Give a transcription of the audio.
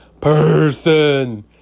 Person